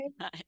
Hi